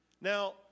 Now